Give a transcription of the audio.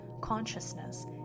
consciousness